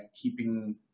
keeping